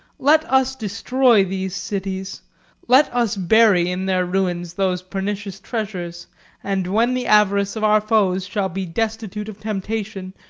let us destroy these cities let us bury in their ruins those pernicious treasures and when the avarice of our foes shall be destitute of temptation,